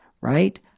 right